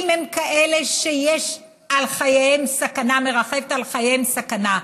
אם הם כאלה שמרחפת על חייהם סכנה,